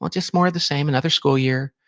and just more of the same. another school year.